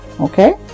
okay